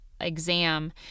exam